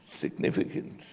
significance